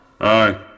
Aye